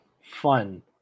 fun